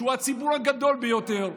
שהוא הציבור הגדול ביותר,